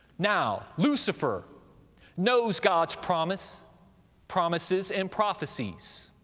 now lucifer knows god's promises promises and prophecies,